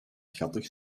schattig